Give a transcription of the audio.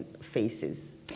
faces